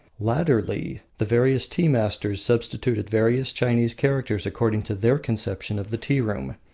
latterly the various tea-masters substituted various chinese characters according to their conception of the tea-room,